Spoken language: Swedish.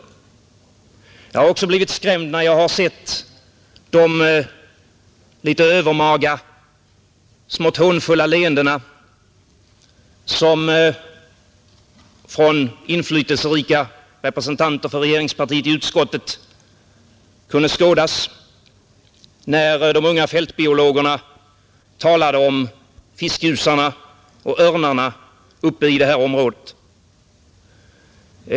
Jag har också blivit skrämd när jag har sett hur litet övermaga, smått hånfulla leenden från inflytelserika representanter för regeringspartiet i utskottet som kunde skådas när de unga fältbiologerna talade om fiskgjusarna och örnarna uppe i detta område.